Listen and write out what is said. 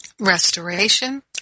restoration